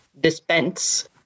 dispense